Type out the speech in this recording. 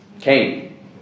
Cain